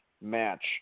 match